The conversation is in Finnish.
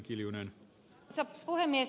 arvoisa puhemies